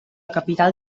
capital